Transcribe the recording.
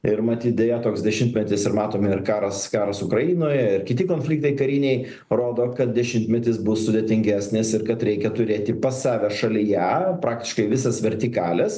ir matyt deja toks dešimtmetis ir matome ir karas karas ukrainoje ir kiti konfliktai kariniai rodo kad dešimtmetis bus sudėtingesnis ir kad reikia turėti pas save šalyje praktiškai visas vertikales